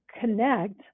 connect